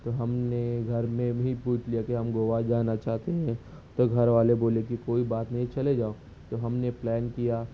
تو ہم نے گھر میں بھی پوچھ لیا کہ ہم گوا جانا چاہتے ہیں تو گھر والے بولے کہ کوئی بات نہیں چلے جاؤ تو ہم نے پلان کیا